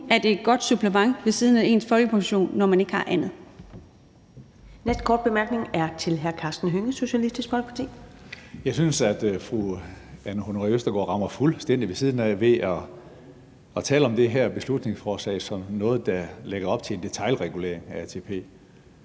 er det et godt supplement ved siden af ens folkepension, når man ikke har andet. Kl. 15:41 Første næstformand (Karen Ellemann): Næste korte bemærkning er fra hr. Karsten Hønge, Socialistisk Folkeparti. Kl. 15:41 Karsten Hønge (SF): Jeg synes, at fru Anne Honoré Østergaard rammer fuldstændig ved siden af ved at tale om det her beslutningsforslag som noget, der lægger op til en detailregulering af ATP.